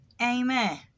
Amen